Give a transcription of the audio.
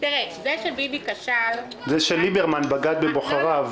זה שביבי כשל --- זה שליברמן בגד בבוחריו.